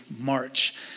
March